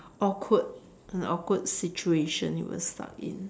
awkward an awkward situation you were stuck in